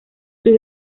sus